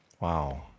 Wow